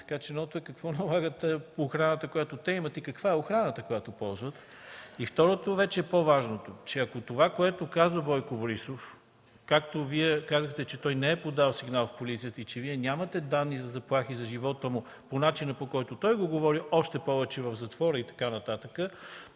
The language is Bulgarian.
Така че какво налага охраната, която те имат, и каква е охраната, която ползват? Второ, по-важното, ако това, което казва Бойко Борисов, както Вие казахте, че той не е подал сигнал в полицията и че Вие нямате данни за заплахи за живота му по начина, по който той го говори, още повече в затвора и така нататък,